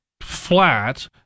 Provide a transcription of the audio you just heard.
flat